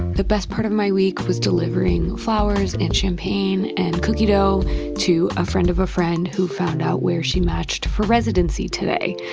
the best part of my week was delivering flowers and champagne and cookie dough to a friend of a friend who found out where she matched for residency today.